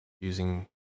using